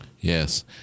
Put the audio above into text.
Yes